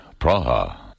Praha